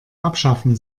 abschaffen